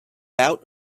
out